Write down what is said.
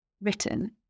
written